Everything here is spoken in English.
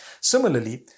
Similarly